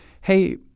hey